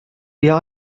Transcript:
eher